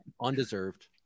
Undeserved